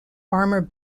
armor